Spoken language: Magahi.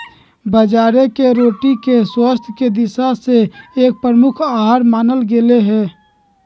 बाजरे के रोटी के स्वास्थ्य के दिशा से एक प्रमुख आहार मानल गयले है